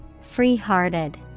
Free-hearted